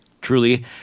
truly